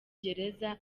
gereza